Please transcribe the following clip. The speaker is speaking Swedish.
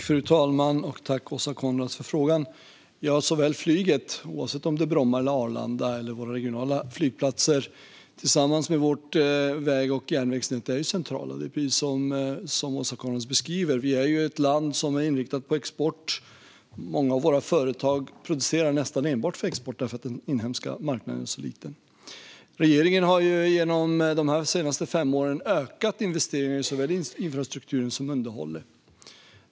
Fru talman! Jag tackar Åsa Coenraads för frågan. Såväl flyget, oavsett om det är på Arlanda, Bromma eller våra regionala flygplatser, som vårt väg och järnvägsnät är centrala. Precis som Åsa Coenraads beskriver är Sverige inriktat på export. Många av våra företag producerar nästan enbart för export eftersom den inhemska marknaden är så liten. Regeringen har under de senaste fem åren ökat investeringarna i såväl infrastruktur som underhåll.